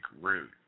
root